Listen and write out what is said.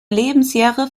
lebensjahre